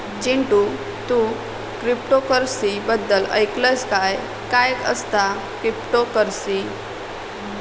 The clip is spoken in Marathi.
चिंटू, तू क्रिप्टोकरंसी बद्दल ऐकलंस काय, काय असता क्रिप्टोकरंसी?